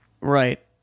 Right